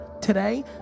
today